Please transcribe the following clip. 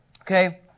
Okay